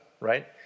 right